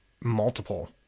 multiple